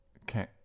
okay